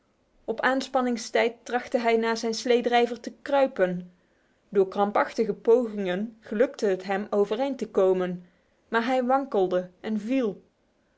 lopen op aanspanningstijd trachtte hij naar zijn sleedrijver te kruipen door krampachtige pogingen gelukte het hem overeind te komen maar hij wankelde en viel